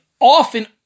often